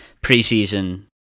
preseason